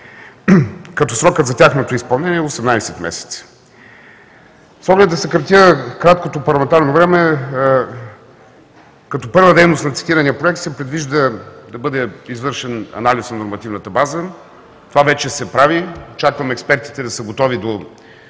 като срокът за тяхното изпълнение е 18 месеца. С оглед да съкратя краткото парламентарно време, като първа дейност на цитирания проект се предвижда да бъде извършен анализ на нормативната база. Това вече се прави. Чакам експертите да са готови до